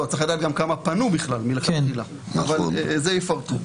צריך לדעת גם כמה פנו מלכתחילה, אבל זה יפרטו.